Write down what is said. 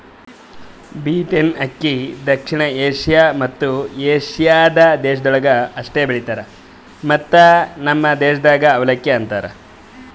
beaten ಅಕ್ಕಿ ದಕ್ಷಿಣ Asia ಮತ್ತ ಏಷ್ಯಾದ ದೇಶಗೊಳ್ದಾಗ್ ಅಷ್ಟೆ ಬೆಳಿತಾರ್ ಮತ್ತ ನಮ್ ದೇಶದಾಗ್ ಅವಲಕ್ಕಿ ಅಂತರ್